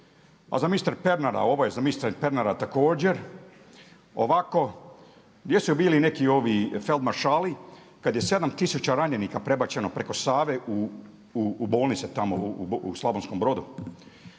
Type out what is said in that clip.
A za mister Pernara ovo je, za mister Pernara također. Ovako, gdje su bili neki …/Govornik se ne razumije./… kada je 7 tisuća ranjenika prebačeno preko Save u bolnice tamo u Slavonskom brodu?